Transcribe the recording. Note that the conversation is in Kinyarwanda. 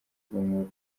bw’amahoro